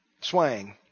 Swang